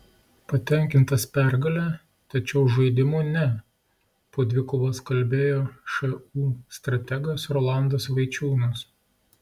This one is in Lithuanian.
patenkintas pergale tačiau žaidimu ne po dvikovos kalbėjo šu strategas rolandas vaičiūnas